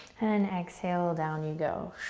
and exhale, down you go.